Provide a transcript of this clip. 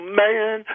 man